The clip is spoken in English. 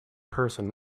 person